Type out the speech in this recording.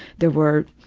there were